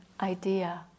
idea